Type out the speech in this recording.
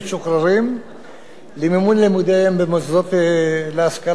למימון לימודיהם במוסדות להשכלה גבוהה,